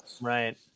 Right